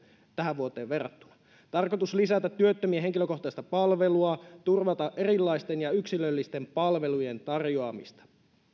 tähän vuoteen verrattuna tarkoitus on lisätä työttömien henkilökohtaista palvelua turvata erilaisten ja yksilöllisten palvelujen tarjoamista